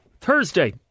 Thursday